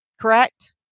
correct